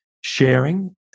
sharing